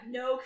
no